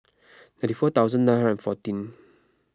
ninety four thousand nine hundred and fourteen